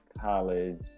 college